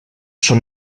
són